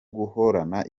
guhorana